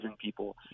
people